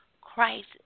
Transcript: christ